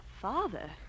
father